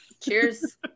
Cheers